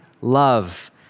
love